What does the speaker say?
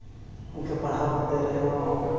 ᱤᱱᱠᱟᱹ ᱯᱟᱲᱦᱟᱣ ᱠᱟᱛᱮᱫ ᱦᱚᱸ